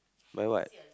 buy what